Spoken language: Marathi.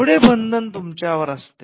एवढे बंधन तुमच्यावर असते